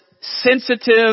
sensitive